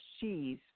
cheese